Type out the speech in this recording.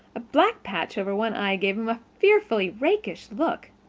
a black patch over one eye gave him a fearfully rakish look.